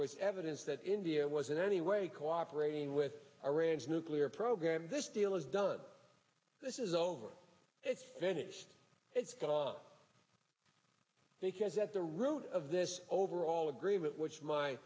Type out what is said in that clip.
was evidence that india was in any way cooperating with iran's nuclear program this deal is done this is over it's vanished it's going on because at the root of this overall agreement which my